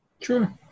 Sure